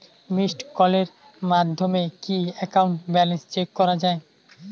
Missed কলের মাধ্যমে কি একাউন্ট ব্যালেন্স চেক করা যায়?